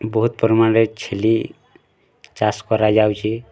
ବହୁତ୍ ପରିମାଣରେ ଛେଲି ଚାଷ୍ କରାଯାଉଛି